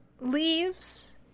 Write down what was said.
leaves